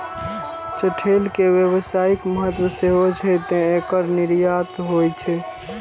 चठैल के व्यावसायिक महत्व सेहो छै, तें एकर निर्यात होइ छै